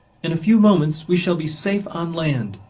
in a few moments we shall be safe on land.